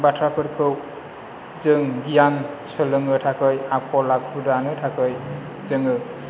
बाथ्राफोरखौ जों गियान सोलोंनो थाखाय आखल आखु दानो थाखाय जोङो